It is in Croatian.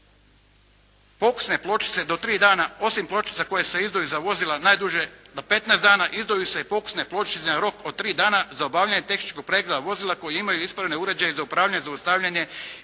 Pokusne pločice do tri dana osim pločica koje se izdaju za vozila najduže na 15 dana, izdaju se i pokusne pločice na rok od 3 dana za obavljanje tehničkog pregleda vozila koji imaju …/Govornik se ne razumije./… uređaje za upravljanje, zaustavljanje